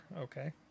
Okay